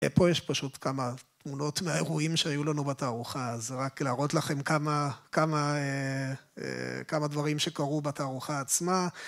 פה יש פשוט כמה תמונות מהאירועים שהיו לנו בתערוכה, אז רק להראות לכם כמה דברים שקרו בתערוכה עצמה.